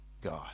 God